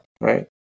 right